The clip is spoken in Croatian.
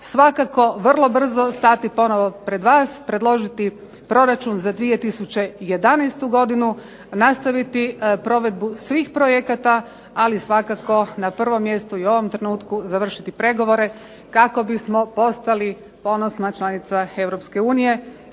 Svakako vrlo brzo stati ponovno pred vas, predložiti proračun za 2011. godinu, nastaviti provedbu svih projekata, ali svakako na prvom mjestu u ovom trenutku završiti pregovore kako bismo postali ponosna članica